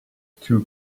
two